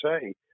say